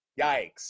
Yikes